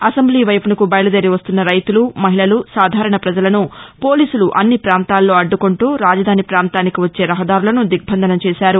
assembly వైపునకు బయలుదేరి వస్తున్న రైతులు మహిళలు సాధారణ ప్రజలను పోలీసులు అన్ని పాంతాల్లో అడ్డుకొంటూరాజధాని పాంతానికి వచ్చే రహదారులను దిగ్బంధసం చేశారు